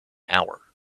hour